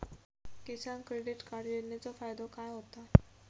किसान credit card योजनेचो फायदो काय होता?